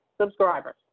subscribers